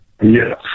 Yes